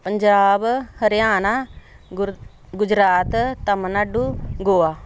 ਪੰਜਾਬ ਹਰਿਆਣਾ ਗੁਰ ਗੁਜਰਾਤ ਤਾਮਿਲਨਾਡੂ ਗੋਆ